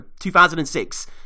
2006